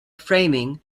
framing